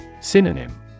Synonym